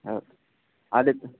okay ಅದಕ್ಕೆ